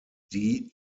die